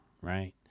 right